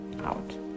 out